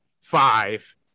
five